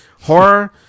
horror